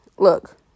Look